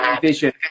vision